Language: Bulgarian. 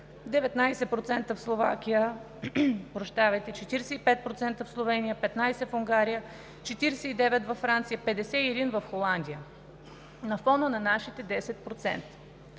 19% в Словакия, 45% в Словения, 15% в Унгария, 49% във Франция, 51% в Холандия – на фона на нашите 10%.